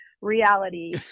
reality